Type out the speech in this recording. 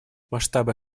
масштабы